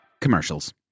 commercials